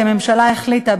כי הממשלה החליטה,